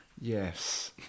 Yes